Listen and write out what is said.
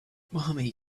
mommy